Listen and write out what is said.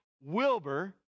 Wilbur